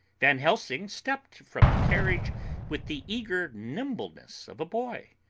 van helsing stepped from the carriage with the eager nimbleness of a boy.